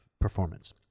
performance